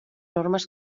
normes